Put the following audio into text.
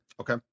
Okay